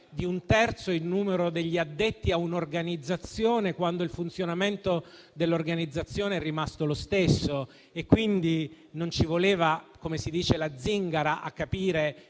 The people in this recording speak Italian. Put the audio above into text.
di un terzo il numero degli addetti a un'organizzazione quando il funzionamento dell'organizzazione è rimasto lo stesso. E, quindi, non ci voleva - come si dice - la zingara per capire